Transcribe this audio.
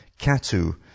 Katu